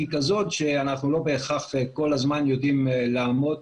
כזאת שאנחנו לא בהכרח כל הזמן יודעים לעמוד